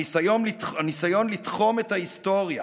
הניסיון לתחום את ההיסטוריה